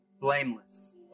blameless